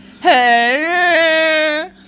Hey